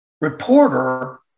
reporter